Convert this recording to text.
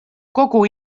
kogu